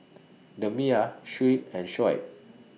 Damia Shuib and Shoaib